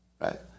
right